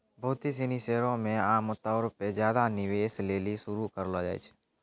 बहुते सिनी शेयरो के आमतौरो पे ज्यादे निवेश लेली शुरू करलो जाय छै